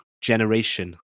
generation